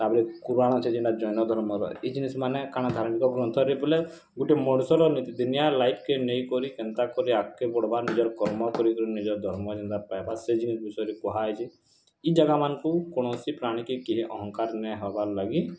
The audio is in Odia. ତାପରେ କୁରାନ୍ ଅଛି ଯେନ୍ତା ଜୈନ ଧର୍ମର ଇ ଜିନିଷ୍ମାନେ କାଣା ଧାର୍ମିକ ଗ୍ରନ୍ଥରେ ବୋଲେ ଗୁଟେ ମଣିଷର ନୀତିଦିନିଆ ଲାଇଫ୍କେ ନେଇକରି କେନ୍ତା କରି ଆଗକେ ବଢ଼ବା ନିଜର କର୍ମ କରି କରି ନିଜର ଧର୍ମ ଯେନ୍ତା ପାଇବା ସେ ଜିନିଷ୍ ବିଷୟରେ କୁହାହେଇଚି ଇ ଜାଗାମାନଙ୍କୁ କୌଣସି ପ୍ରାଣୀ କି ଅହଙ୍କାର ନାଇଁ ହବାର୍ ଲାଗି